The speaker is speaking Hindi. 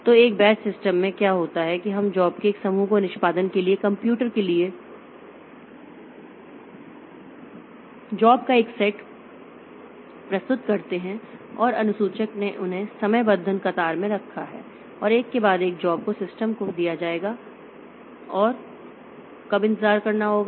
तो एक बैच सिस्टम में क्या होता है कि हम जॉब के एक समूह को निष्पादन के लिए कंप्यूटर के लिए जॉब का एक सेट प्रस्तुत करते हैं और अनुसूचक ने उन्हें समयबद्धन कतार में रखा और एक के बाद एक जॉब को सिस्टम को दिया जाएगा और कब इंतजार करना होगा